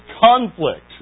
conflict